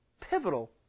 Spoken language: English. pivotal